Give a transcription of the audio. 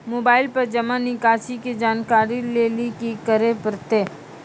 Mobile पर जमा निकासी के जानकरी लेली की करे परतै?